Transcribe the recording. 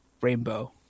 rainbow